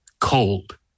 cold